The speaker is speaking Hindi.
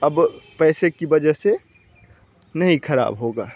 अब पैसे की वजह से नहीं खराब होगा